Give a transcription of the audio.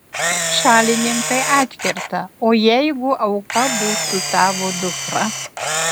šalininkai atkerta o jeigu auka būtų tavo dukra